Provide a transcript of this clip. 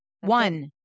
one